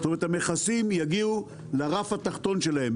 זאת אומרת: המכסים יגיעו ל רף התחתון שלהם,